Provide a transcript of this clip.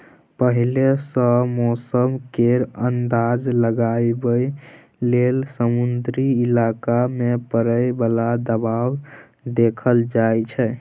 पहिले सँ मौसम केर अंदाज लगाबइ लेल समुद्री इलाका मे परय बला दबाव देखल जाइ छै